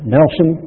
Nelson